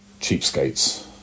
cheapskates